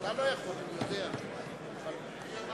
אריה אלדד, מצביע טלב